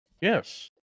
Yes